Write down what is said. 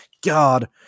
God